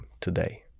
today